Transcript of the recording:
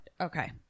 Okay